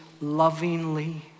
lovingly